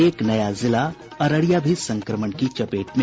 एक जिला अररिया भी संक्रमण की चपेट में